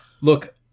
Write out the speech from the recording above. Look